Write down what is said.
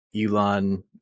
Elon